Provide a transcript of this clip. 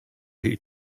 jej